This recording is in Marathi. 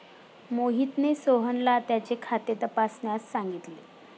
मोहितने सोहनला त्याचे खाते तपासण्यास सांगितले